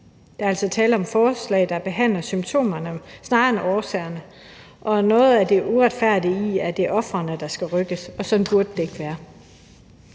Der er altså tale om forslag, der behandler symptomerne snarere end årsagerne, og der er noget uretfærdigt i, at det er ofrene, der skal flyttes, og sådan burde det ikke være.